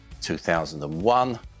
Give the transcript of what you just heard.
2001